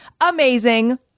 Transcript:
amazing